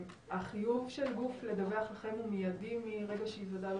החיוב של גוף הוא לדווח לכם במידי מרגע שייודע לו